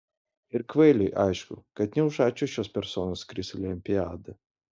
ir kvailiui aišku kad ne už ačiū šios personos skris į olimpiadą